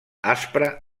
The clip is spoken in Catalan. aspra